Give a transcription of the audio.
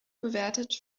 bewertet